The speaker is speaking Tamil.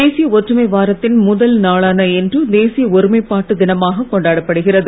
தேசிய ஒற்றுமை வாரத்தின் முதல் நாளான இன்று தேசிய ஒருமைப்பாட்டு தினமாகக் கொண்டாடப்படுகிறது